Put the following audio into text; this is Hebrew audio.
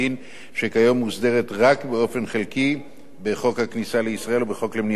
שכיום מוסדרת רק באופן חלקי בחוק הכניסה לישראל ובחוק למניעת הסתננות.